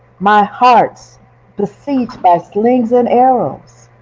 my heart's besieged by slings and arrows.